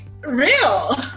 real